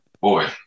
Boy